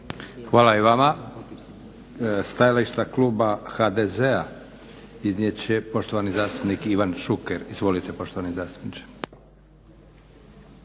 Hvala i vama. Stajališta kluba HDZ-a iznijet će poštovani zastupnik Ivan Šuker. Izvolite poštovani zastupniče.